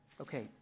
Okay